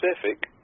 Pacific